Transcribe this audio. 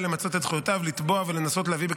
אני מזמין את